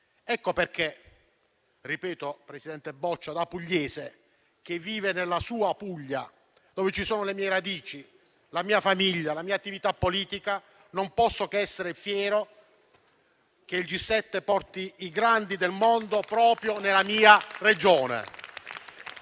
Ecco perché, presidente Boccia, da pugliese che vive nella sua Puglia, dove sono le mie radici, la mia famiglia, la mia attività politica, non posso che essere fiero che il G7 porti i grandi del mondo proprio nella mia Regione.